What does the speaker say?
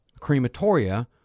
crematoria